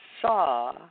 saw